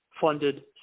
funded